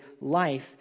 life